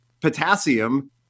potassium